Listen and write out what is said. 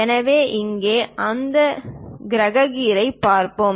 எனவே இங்கே அந்த கிரக கியரைப் பார்ப்போம்